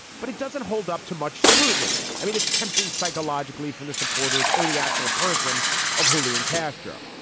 but it doesn't hold up to much scrutiny. i mean, it's tempting psychologically for the supporters or the actual person of julian castro.